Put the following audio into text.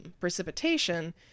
precipitation